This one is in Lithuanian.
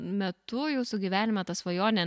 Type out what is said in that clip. metu jūsų gyvenime ta svajonė